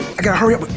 i gotta hurry up!